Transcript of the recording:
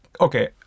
okay